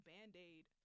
Band-Aid